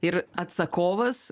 ir atsakovas